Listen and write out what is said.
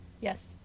Yes